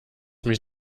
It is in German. mich